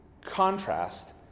contrast